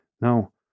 Now